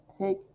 take